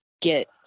get